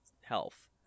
health